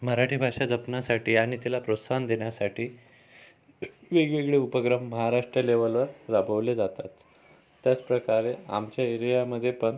मराठी भाषा जपण्यासाठी आणि तिला प्रोत्साहन देण्यासाठी वेगवेगळे उपक्रम महाराष्ट्र लेवलला राबवले जातात त्याचप्रकारे आमचे एरियामध्ये पण